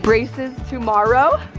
braces tomorrow.